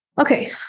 Okay